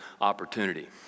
opportunity